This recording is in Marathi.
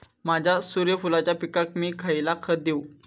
माझ्या सूर्यफुलाच्या पिकाक मी खयला खत देवू?